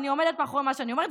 אני עומדת מאחורי מה שאני אומרת,